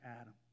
Adam